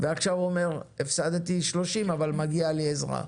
ועכשיו הוא אומר: הפסדתי 30 אבל מגיע לי עזרה?